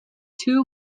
two